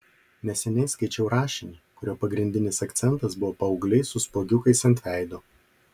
neseniai skaičiau rašinį kurio pagrindinis akcentas buvo paaugliai su spuogiukais ant veido